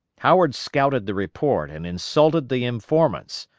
howard scouted the report and insulted the informants,